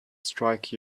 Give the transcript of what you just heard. strike